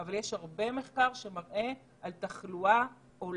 אבל יש הרבה מחקר שמראה על תחלואה עולה